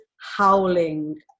howling